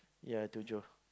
ya Tujuh